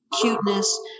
cuteness